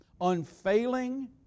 unfailing